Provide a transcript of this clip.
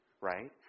right